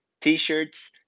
t-shirts